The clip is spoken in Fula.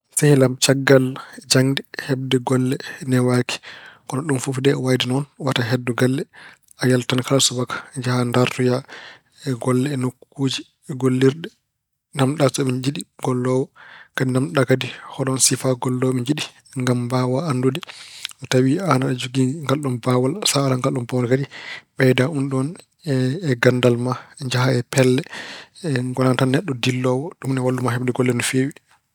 Sehil am, caggal jaŋde heɓde golle newaaki. Kono ɗum fof de e wayde noon, wota heddo galle. A yaltan kala subaka, njaha ndaartoya golle e nokkuuji gollirɗe. Naamnoɗa so ɓe njiɗi golloowo. Kadi naamnoɗa kadi holoon sifaa golloowo ɓe njiɗi ngam mbaawa anndude so tawii aano aɗa jogii ngal ɗoon baawal. Saa alaa ngal ɗoon baawal kadi, ɓeyda unɗoon e ganndal ma. Njaha e pelle. Ngona tan neɗɗo dilloowo. Ɗum ina wallu ma heɓde golle no feewi.